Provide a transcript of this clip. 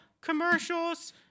commercials